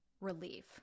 relief